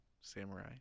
Samurai